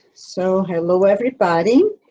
so hello everybody,